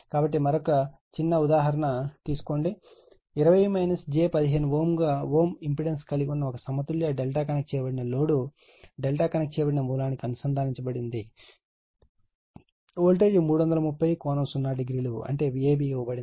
కాబట్టి మరొక చిన్న ఉదాహరణ తీసుకోండి 20 j 15 Ω ఇంపెడెన్స్ కలిగి ఉన్న ఒక సమతుల్య ∆ కనెక్ట్ చేయబడిన లోడ్ ∆ కనెక్ట్ చేయబడిన మూలానికి అనుసంధానించబడి ఉంది వోల్టేజ్ 330 కోణం 0o అంటే Vab ఇవ్వబడింది